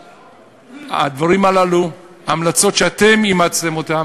שבחקיקה הדברים הללו, ההמלצות שאתם אימצתם אותן,